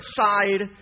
side